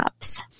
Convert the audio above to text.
apps